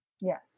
Yes